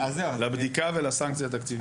לבדיקה ולסנקציה התקציבית.